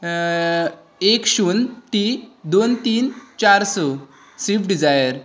एक शुन ती दोन तीन चार स स्विफ्ट डिझायर